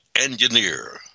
engineer